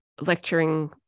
lecturing